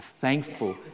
thankful